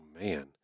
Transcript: man